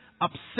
upset